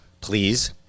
please